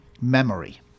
memory